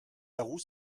garous